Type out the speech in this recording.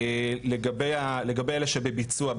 לגבי אלה שבביצוע,